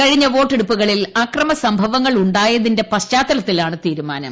കഴിഞ്ഞ വോട്ടെടുപ്പുകളിൽ അക്രമസംഭവങ്ങൾ ഉണ്ടായതിന്റെ പശ്ചാത്തലത്തിലാണ് തീരുമാനം